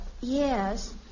Yes